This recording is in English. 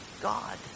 God